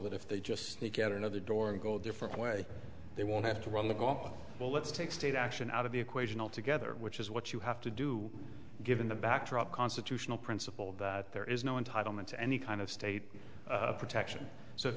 that if they just sneak out another door and go different way they won't have to run the ball well let's take state action out of the equation altogether which is what you have to do given the backdrop constitutional principle that there is no entitlement to any kind of state protection so if